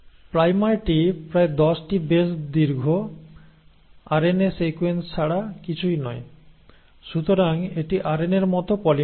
প্রাইমারটি প্রায় 10 টি বেস দীর্ঘ আরএনএ সিকোয়েন্স ছাড়া কিছুই নয় সুতরাং এটি আরএনএর মতো পলিমেরেজ